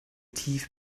tief